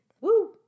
Woo